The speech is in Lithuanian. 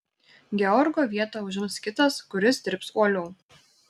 georgo vietą užims kitas kuris dirbs uoliau